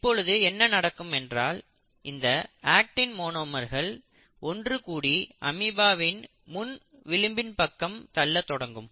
இப்பொழுது என்ன நடக்கும் என்றால் இந்த அக்டின் மோனோமர்கள் ஒன்றுகூடி அமீபாவின் முன் விளிம்பின் பக்கம் தள்ள தொடங்கும்